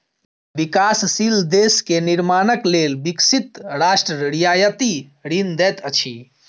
विकासशील देश के निर्माणक लेल विकसित राष्ट्र रियायती ऋण दैत अछि